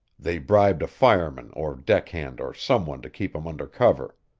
they bribed a fireman or deck-hand or some one to keep em under cover.